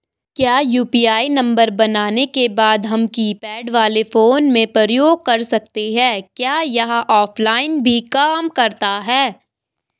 क्या UPI number बनाने के बाद हम कीपैड वाले फोन में प्रयोग कर सकते हैं क्या यह ऑफ़लाइन भी काम करता है?